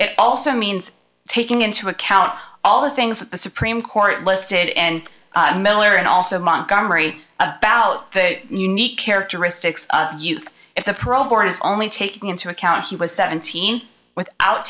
it also means taking into account all the things that the supreme court listed in miller and also montgomery about the unique characteristics of youth if the parole board is only taking into account he was seventeen without